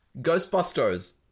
Ghostbusters